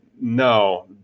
no